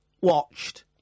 watched